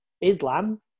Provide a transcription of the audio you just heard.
Islam